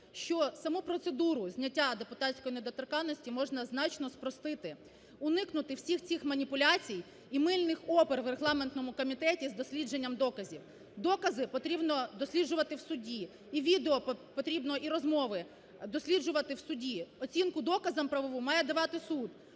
що саму процедуру зняття депутатської недоторканності можна значно спростити, уникнути цих усіх цих маніпуляцій і "мильних опер" у регламентному комітеті з дослідженням доказів. Докази потрібно досліджувати в суді, і відео потрібно і розмови досліджувати в суді, оцінку доказам правову має давати суд,